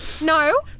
no